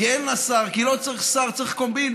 כי אין לה שר, כי לא צריך שר, צריך קומבינה,